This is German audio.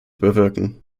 bewirken